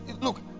Look